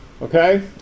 Okay